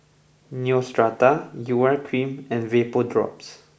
Neostrata Urea Cream and VapoDrops